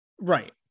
Right